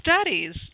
studies